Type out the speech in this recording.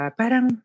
parang